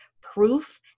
proof